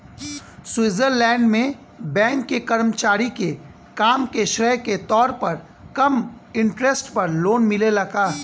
Switzerland में bank के कर्मचारी के काम के श्रेय के तौर पर कम इंटरेस्ट पर लोन मिलेला का?